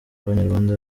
abanyarwanda